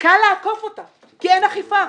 קל לעקוף אותה כי אין אכיפה.